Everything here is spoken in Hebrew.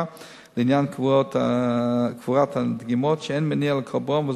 לעניין קבורת הדגימות שאין מניעה לקוברן,